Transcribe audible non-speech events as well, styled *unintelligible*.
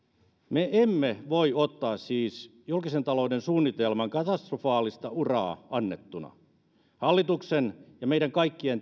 me emme voi ottaa siis julkisen talouden suunnitelman katastrofaalista uraa annettuna hallituksen ja meidän kaikkien *unintelligible*